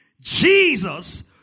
Jesus